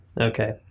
Okay